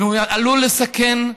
והוא עלול לסכן,